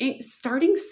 starting